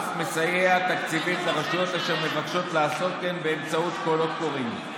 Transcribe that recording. ואף מסייע תקציבית לרשויות אשר מבקשות לעשות כן באמצעות קולות קוראים.